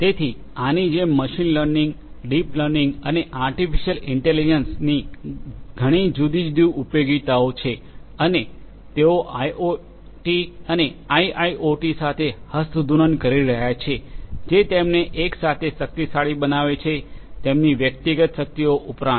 તેથી આની જેમ મશીન લર્નિંગ ડીપ લર્નિંગ અને આર્ટીફિશિઅલ ઇન્ટેલિજન્સની ઘણી જુદી જુદી ઉપયોગિતા છે અને તેઓ આઇઓટી અને આઈઆઈઓટી સાથે હસ્તધૂનન કરી રહ્યા છે જે તેમને એકસાથે શક્તિશાળી બનાવે છે તેમની વ્યક્તિગત શક્તિઓ ઉપરાંત